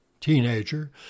teenager